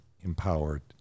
empowered